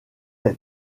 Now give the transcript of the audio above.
êtes